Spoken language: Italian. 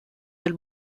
del